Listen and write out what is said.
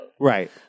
Right